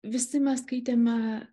visi mes skaitėme